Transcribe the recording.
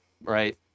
right